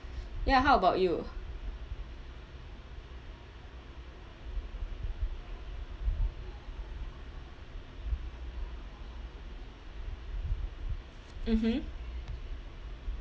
ya how about you mmhmm